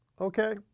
Okay